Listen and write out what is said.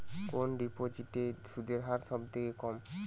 কোন ডিপোজিটে সুদের হার সবথেকে কম?